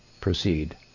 proceed